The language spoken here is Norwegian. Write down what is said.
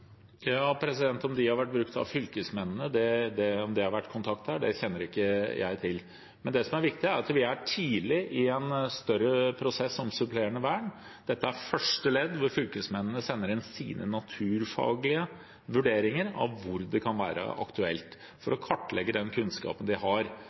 Om de har vært brukt av fylkesmennene, om det har vært kontakt der, kjenner jeg ikke til. Det som er viktig, er at vi er tidlig i en større prosess om supplerende vern. Dette er første ledd, hvor fylkesmennene sender inn sine naturfaglige vurderinger av hvor det kan være aktuelt, for å kartlegge den kunnskapen man har